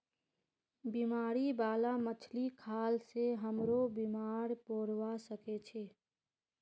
बीमारी बाला मछली खाल से हमरो बीमार पोरवा सके छि